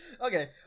Okay